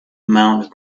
mount